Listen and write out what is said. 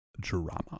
Drama